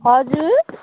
हजुर